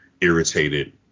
irritated